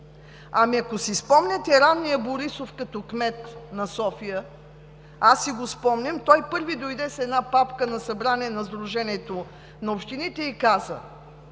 Ами, ако си спомняте ранния Борисов като кмет на София, аз си го спомням, той първи дойде с една папка на събрание на Сдружението на общините и каза: